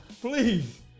please